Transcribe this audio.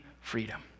freedom